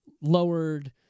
lowered